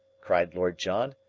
cried lord john.